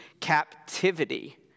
captivity